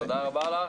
תודה רבה לך.